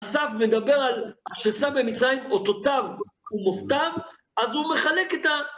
סב מדבר על... ששם במצרים אותותיו ומופתיו, אז הוא מחלק את ה...